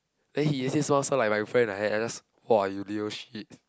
then he just say smile smile like my friend like that I just !wah! you little shit